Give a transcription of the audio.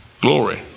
Glory